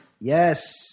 Yes